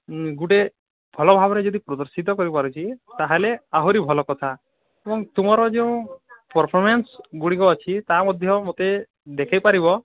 ଗୋଟେ ଫଳ ଭାବେରେ ଯଦି ପ୍ରଦର୍ଶିତ କରି ପାରୁଛି ତା'ହେଲେ ଆହୁରି ଭଲ କଥା ଏବଂ ତୁମର ଯେଉଁ ପରଫରମାନ୍ସଗୁଡ଼ିକ ଅଛି ତାହା ମଧ୍ୟ ମୋତେ ଦେଖାଇ ପାରିବ